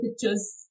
pictures